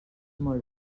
molt